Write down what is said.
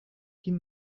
quin